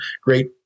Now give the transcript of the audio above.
great